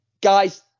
guys